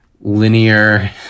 linear